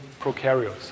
prokaryotes